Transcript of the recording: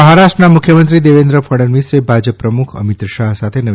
મહારાષ્ટ્રના મુખ્યમંત્રી દેવેન્ન્ ફડણવીસે ભાજપ પ્રમુખ અમિત શાહ સાથે નવી